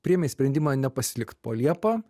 priėmei sprendimą nepasilikt po liepa